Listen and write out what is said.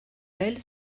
elle